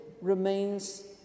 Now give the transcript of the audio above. remains